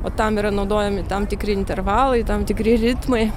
o tam yra naudojami tam tikri intervalai tam tikri ritmai